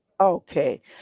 Okay